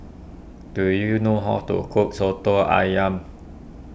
do you know how to cook Soto Ayam